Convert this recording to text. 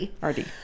RD